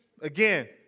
Again